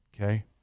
Okay